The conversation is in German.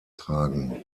tragen